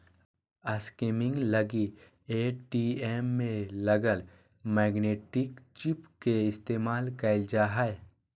skimming लगी ATM में लगल मैग्नेटिक चिप के इस्तेमाल कइल जा हइ